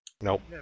Nope